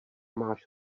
máš